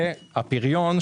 והפריון,